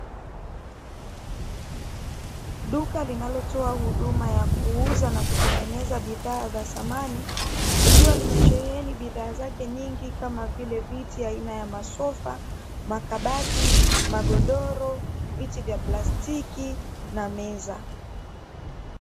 Duka linaloa huduma ya kuuza na kutengeneza bidhaa za samani, likiwa limesheheni bidhaa zake nyingi kama vile; viti aina ya masofa, makabati, magodoro, viti vya plastiki na meza .